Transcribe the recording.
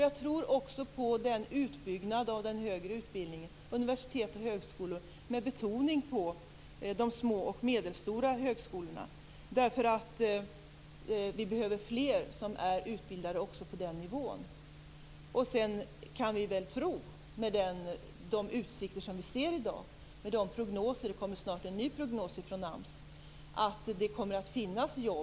Jag tror också på en utbyggnad av den högre utbildningen, universitet och högskolor, med betoning på de små och medelstora högskolorna. Vi behöver nämligen fler som är utbildade på denna nivå. Med de utsikter och de prognoser vi har i dag - det kommer snart en ny prognos från AMS - kan vi se att det kommer att finnas jobb.